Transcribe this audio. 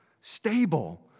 stable